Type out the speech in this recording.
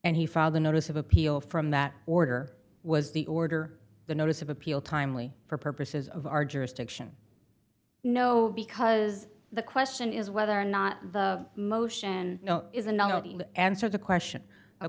and he filed the notice of appeal from that order was the order the notice of appeal timely for purposes of our jurisdiction no because the question is whether or not the motion is a no no answer the question